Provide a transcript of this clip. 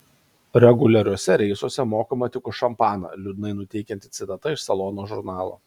reguliariuose reisuose mokama tik už šampaną liūdnai nuteikianti citata iš salono žurnalo